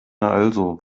also